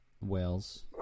Wales